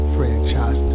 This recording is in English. Franchise